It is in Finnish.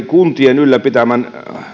kuntien ylläpitämän